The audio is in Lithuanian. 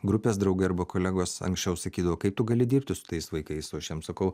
grupės draugai arba kolegos anksčiau sakydavo kaip tu gali dirbti su tais vaikais o aš jam sakau